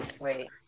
Wait